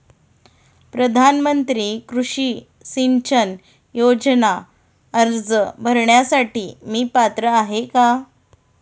प्रधानमंत्री कृषी सिंचन योजना अर्ज भरण्यासाठी मी पात्र आहे का?